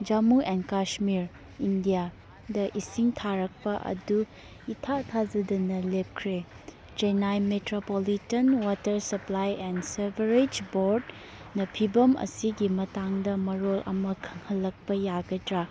Jammu and Kashmir ꯏꯟꯗꯤꯌꯥꯗ ꯏꯁꯤꯡ ꯊꯥꯔꯛꯄ ꯑꯗꯨ ꯏꯊꯥ ꯊꯥꯖꯗꯅ ꯂꯦꯞꯈ꯭ꯔꯦ Chennai metropolitan water supply and sewerage ꯕꯣꯠꯅ ꯐꯤꯚꯝ ꯑꯁꯤꯒꯤ ꯃꯇꯥꯡꯗ ꯃꯔꯣꯜ ꯑꯃ ꯈꯪꯍꯜꯂꯛꯄ ꯌꯥꯒꯗ꯭ꯔꯥ